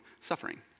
suffering